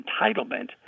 entitlement